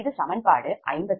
இது சமன்பாடு 57